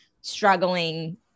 struggling